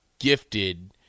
Gifted